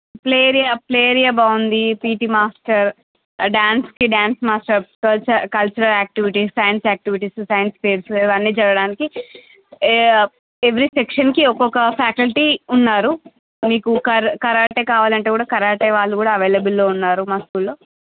play area play area బాగుంది PT master ఆ dance కి dance master cultural cultural activities science activities science squares అన్నీ జరగడానికి ఏ ఎవ్రీ సెక్షన్ కి ఒక్కొక్క ఫ్యాకల్టీ ఉన్నారు మీకు కరా కరాటి కావాలంటే కూడా కరాటే వాళ్ళు కూడా అవైలబుల్ లో ఉన్నారు మా స్కూల్ లో